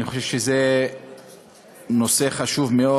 אני חושב שזה נושא חשוב מאוד.